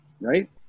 Right